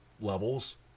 levels